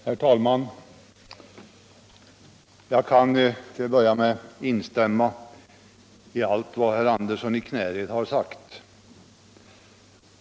Herr talman! Jag kan till att börja med instämma i allt vad herr Andersson i Knäred har sagt.